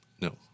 No